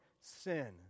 sin